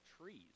trees